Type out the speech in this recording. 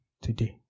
today